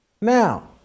Now